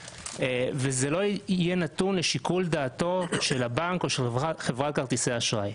וזה לא יהיה נתון לשיקול דעתו של הבנק או של חברת כרטיסי האשראי.